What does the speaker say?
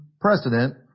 precedent